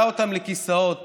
היא כבלה אותם לכיסאות